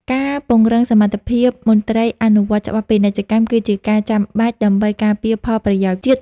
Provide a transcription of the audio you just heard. ការពង្រឹងសមត្ថភាពមន្ត្រីអនុវត្តច្បាប់ពាណិជ្ជកម្ម គឺជាការចាំបាច់ដើម្បីការពារផលប្រយោជន៍ជាតិ។